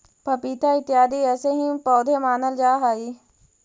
पपीता इत्यादि ऐसे ही पौधे मानल जा हई